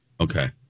Okay